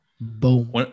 Boom